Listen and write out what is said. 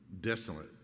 desolate